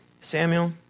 Samuel